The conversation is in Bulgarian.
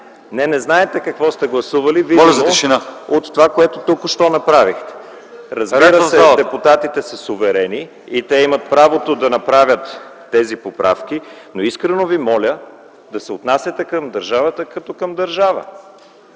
Не, не знаете какво сте гласували, видно от това, което току-що направихте. Разбира се, депутатите са суверени и имат право да направят тези поправки. Но искрено Ви моля да се отнасяте към държавата като към държава!